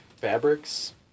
fabrics